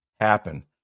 happen